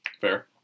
Fair